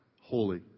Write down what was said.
holy